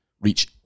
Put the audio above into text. reach